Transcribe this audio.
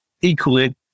Equally